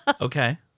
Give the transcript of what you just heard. Okay